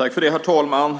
Herr talman!